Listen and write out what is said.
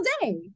day